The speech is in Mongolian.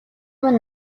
маань